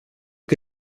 que